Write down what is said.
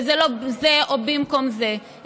וזה לא זה במקום זה,